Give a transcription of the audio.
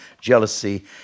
jealousy